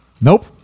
Nope